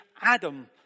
Adam